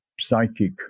psychic